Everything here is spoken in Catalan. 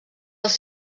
els